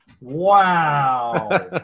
Wow